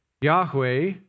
Yahweh